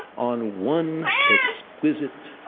on one exquisite,